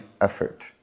effort